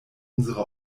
unsere